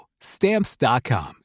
Stamps.com